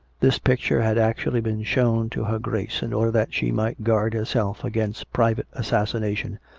this picture had actually been shown to her grace in order that she might guard her self against private assassination,